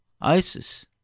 ISIS